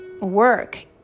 work